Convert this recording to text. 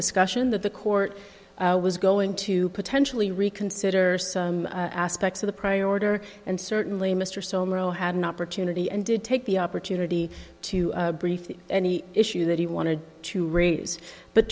discussion that the court was going to potentially reconsider some aspects of the priority or and certainly mr so narrow had an opportunity and did take the opportunity to brief any issue that he wanted to raise but